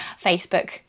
Facebook